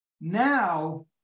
Now